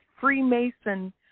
Freemason